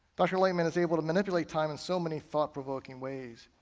dr. langman is able to manipulate time in so many thought-provoking ways.